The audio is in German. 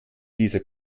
dieser